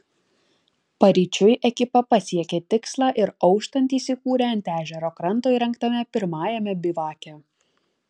paryčiui ekipa pasiekė tikslą ir auštant įsikūrė ant ežero kranto įrengtame pirmajame bivake